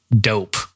Dope